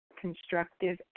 constructive